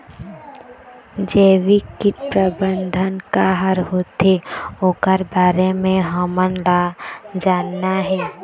जैविक कीट प्रबंधन का हर होथे ओकर बारे मे हमन ला जानना हे?